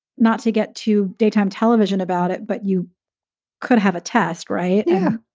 not to get to daytime television about it, but you could have a test, right? yeah.